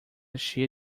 cheia